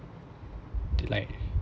like